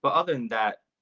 but other than that,